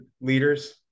leaders